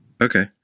Okay